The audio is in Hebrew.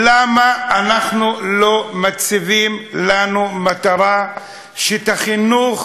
למה אנחנו לא מציבים לנו מטרה להתחיל את החינוך